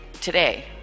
today